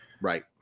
Right